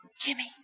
Jimmy